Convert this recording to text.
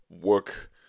work